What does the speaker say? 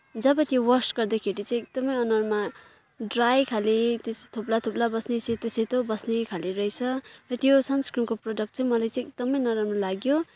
जब त्यो वास गर्दाखेरि चाहिँ एकदमै अनुहारमा ड्राई खाले त्यस्तो थोप्ला थोप्ला बस्ने त्यो सेतो सेतो बस्ने खाले रहेछ र त्यो सन्सक्रिमको प्रडक्ट चाहिँ मलाई चाहिँ एकदमै नराम्रो लाग्यो